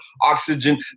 oxygen